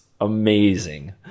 amazing